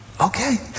Okay